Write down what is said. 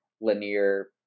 linear